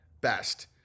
best